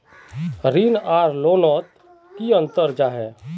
ऋण आर लोन नोत की अंतर जाहा?